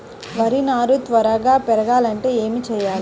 వరి నారు త్వరగా పెరగాలంటే ఏమి చెయ్యాలి?